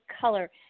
color